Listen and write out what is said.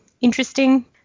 interesting